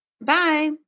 Bye